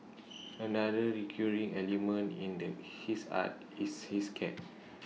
another recurring element in the his art is his cat